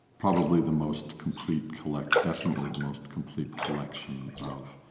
probably the most complete collection definitely the most complete collection of